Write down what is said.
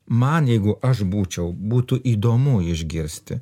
man jeigu aš būčiau būtų įdomu išgirsti